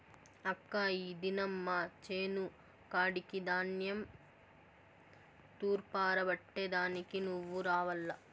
అక్కా ఈ దినం మా చేను కాడికి ధాన్యం తూర్పారబట్టే దానికి నువ్వు రావాల్ల